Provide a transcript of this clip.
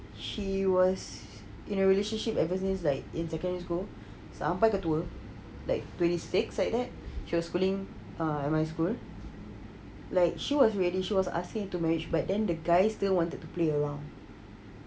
she was in a relationship ever since like in secondary school sampai ke tua like twenty six like that she was schooling my school like she was ready she was asking to marriage but then guy still wanted to play around